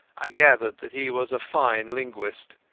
i gathered that he was a fine linguist,